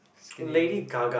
skinny